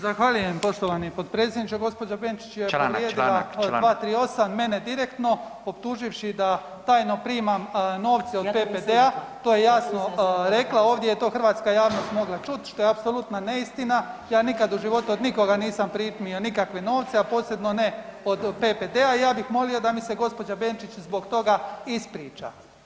Zahvaljujem poštovani potpredsjedniče [[Upadica: Članak, članak, članak.]] gospođa Benčić je povrijedila 238., mene direktno optuživši da tajno primam novce od PPD-a [[Upadica: Ja to nisam rekla.]] to je jasno rekla ovdje je to hrvatska javnost mogla čuti što je apsolutna neistina, ja nikada u životu od nikoga nisam primio nikakve novce, a posebno ne od PPD-a i ja bih molio da mi se gospođa Benčić zbog toga ispriča.